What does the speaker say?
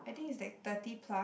I think it's like thirty plus